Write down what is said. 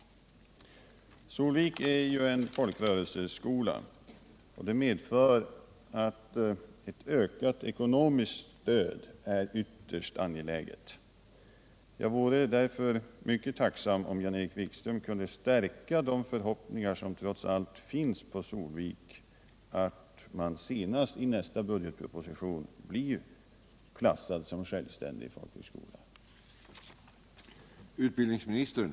Solvik är som bekant en folkrörelseskola. Det medför att ett ökat ekonomiskt stöd är ytterst angeläget. Jag vore därför mycket tacksam om Jan-Erik Wikström kunde stärka de förhoppningar som trots allt finns på Solvik om att skolan senast i samband med behandlingen av nästa budgetproposition blir klassad som självständig folkhögskola.